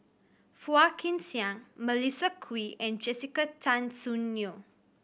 Phua Kin Siang Melissa Kwee and Jessica Tan Soon Neo